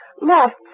Lost